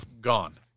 gone